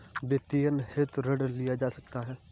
वित्तीयन हेतु ऋण लिया जा सकता है